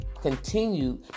continue